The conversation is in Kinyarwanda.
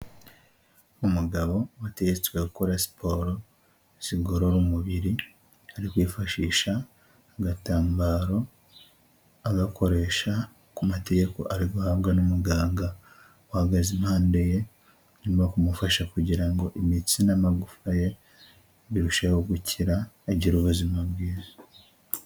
Umugabo wategetswe gukora siporo zigorora umubiri, ari kwifashisha agatambaro agakoresha ku mategeko ari guhabwa n'umuganga uhagaze impande ye nyuma yo kumufasha kugira ngo imitsi n'amagufa ye birusheho gukira agira ubuzima bwiza.